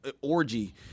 orgy